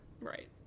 right